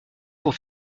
pour